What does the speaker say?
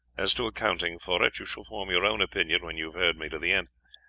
as to accounting for it, you shall form your own opinion when you have heard me to the end.